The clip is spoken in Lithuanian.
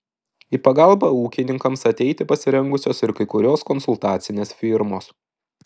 į pagalbą ūkininkams ateiti pasirengusios ir kai kurios konsultacinės firmos